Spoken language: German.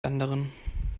anderen